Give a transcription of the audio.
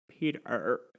Peter